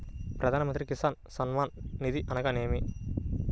ప్రధాన మంత్రి కిసాన్ సన్మాన్ నిధి అనగా ఏమి?